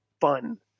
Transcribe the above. fun